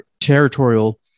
territorial